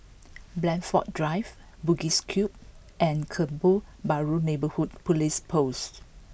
Blandford Drive Bugis Cube and Kebun Baru Neighbourhood Police Post